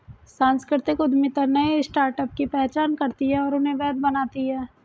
सांस्कृतिक उद्यमिता नए स्टार्टअप की पहचान करती है और उन्हें वैध बनाती है